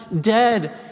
dead